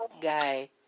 guy